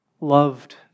loved